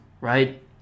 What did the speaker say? right